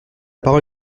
parole